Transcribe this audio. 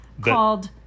Called